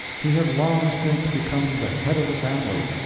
he had long since become the head of the family.